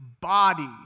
body